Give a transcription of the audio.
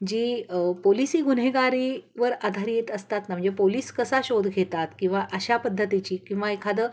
जी पोलिसी गुन्हेगारीवर आधारीत असतात ना म्हणजे पोलिस कसा शोध घेतात किंवा अशा पद्धतीची किंवा एखादं